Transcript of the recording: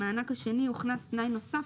במענק השני הוכנס תנאי נוסף,